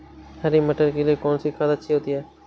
हरी मटर के लिए कौन सी खाद अच्छी होती है?